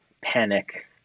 panic